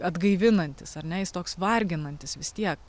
atgaivinantis ar ne jis toks varginantis vis tiek